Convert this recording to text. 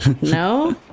No